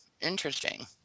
interesting